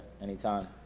Anytime